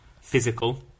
physical